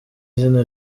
izina